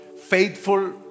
faithful